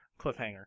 cliffhanger